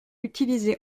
utilisé